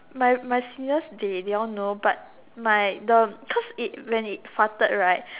my my seniors they they all know but my the cause it when it farted right